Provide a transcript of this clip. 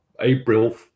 April